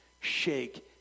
shake